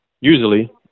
usually